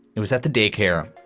it was at the daycare,